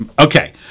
okay